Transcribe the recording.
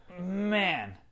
man